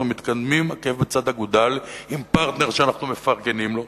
מתקדמים עקב בצד אגודל עם פרטנר שאנחנו מפרגנים לו,